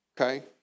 okay